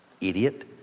Idiot